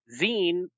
Zine